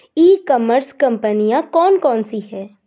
ई commerce कंपनियाँ कौन कौन सी हैं?